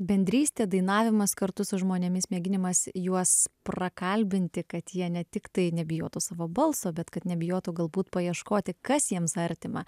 bendrystė dainavimas kartu su žmonėmis mėginimas juos prakalbinti kad jie ne tiktai nebijotų savo balso bet kad nebijotų galbūt paieškoti kas jiems artima